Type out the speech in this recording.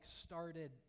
started